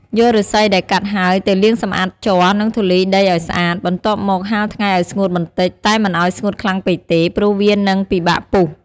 យកឫស្សីដែលកាត់ហើយទៅលាងសម្អាតជ័រ និងធូលីដីឱ្យស្អាត។ បន្ទាប់មកហាលថ្ងៃឱ្យស្ងួតបន្តិច តែមិនឱ្យស្ងួតខ្លាំងពេកទេ ព្រោះវានឹងពិបាកពុះ។